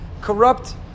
Corrupt